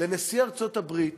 לנשיא ארצות-הברית